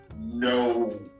no